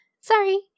sorry